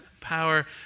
power